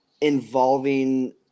involving